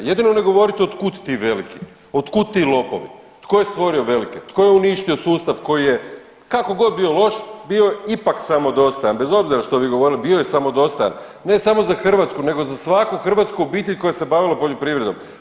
Jedino ne govorite od kud ti veliki, od kud ti lopovi, tko je stvorio velike, tko je uništio sustav koji je kako god bio loš bio ipak samodostajan, bez obzira što vi govorili, bio je samodostajan ne samo za Hrvatsku nego za svaku hrvatsku obitelj koja se bavila poljoprivredom.